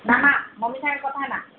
ମାମା mummy ସାଙ୍ଗରେ କଥା ହଅନା